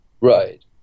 right